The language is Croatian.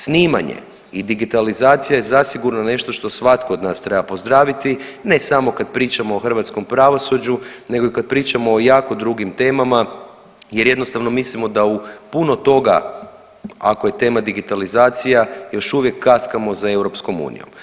Snimanje i digitalizacija je zasigurno nešto što svatko od nas treba pozdraviti ne samo kad pričamo o hrvatskom pravosuđu, nego i kad pričamo o jako drugim temama jer jednostavno mislimo da u puno toga ako je tema digitalizacija još uvijek kaskamo za EU.